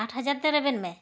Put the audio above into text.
ᱟᱴ ᱦᱟᱡᱟᱨᱛᱮ ᱨᱮᱵᱮᱱ ᱢᱮ